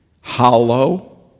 hollow